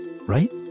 Right